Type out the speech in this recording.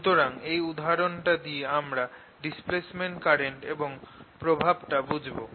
সুতরাং এই উদাহরণটা দিয়ে আমরা ডিসপ্লেসমেন্ট কারেন্ট এবং এর প্রভাবটা বুঝব